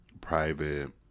private